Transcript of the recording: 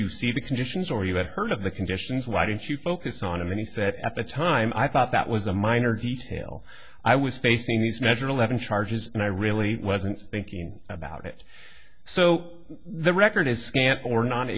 you see the conditions or you have heard of the conditions why didn't you focus on him and he said at the time i thought that was a minor detail i was facing these measure eleven charges and i really wasn't thinking about it so the record is scant or no